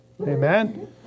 Amen